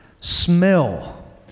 smell